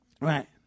Right